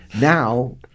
now